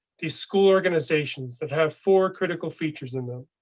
the school organizations that have four critical features in them.